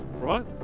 right